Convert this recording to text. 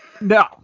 No